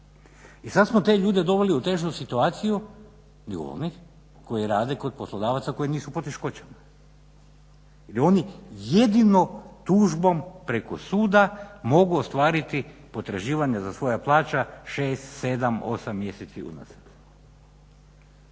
I sad smo te ljude doveli u težu situaciju …/Ne razumije se./… koji rade kod poslodavaca koji nisu u poteškoćama i oni jedino tužbom preko suda mogu ostvariti potraživanja za svoja plaća 6, 7, 8 mjeseci …/Ne